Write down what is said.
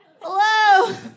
Hello